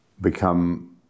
become